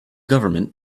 government